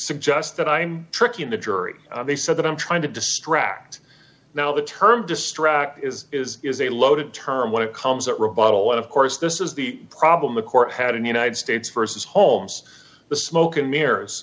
suggested i'm tricking the jury they said that i'm trying to distract now the term distract is is is a loaded term when it comes at rebuttal and of course this is the problem the court had in the united states versus holmes the smoke and mirrors